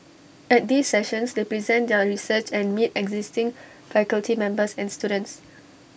at these sessions they present their research and meet existing faculty members and students